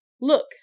Look